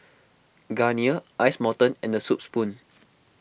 Garnier Ice Mountain and the Soup Spoon